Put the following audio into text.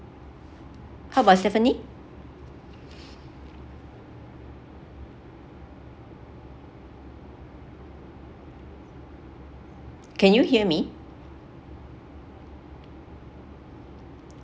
how about stephanie can you hear me